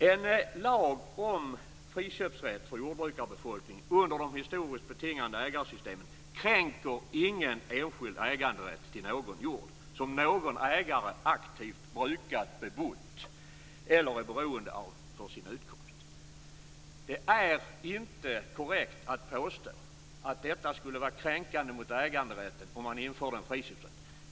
En lag om friköpsrätt för jordbrukarbefolkningen under de historiskt betingade ägarsystemen kränker ingen enskild äganderätt till någon jord som någon ägare aktivt brukat, bebott eller är beroende av för sin utkomst. Det är inte korrekt att påstå att det skulle vara kränkande för äganderätten att införa en friköpsrätt.